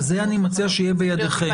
לכן אני מציע שיהיה בידיכם.